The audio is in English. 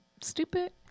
stupid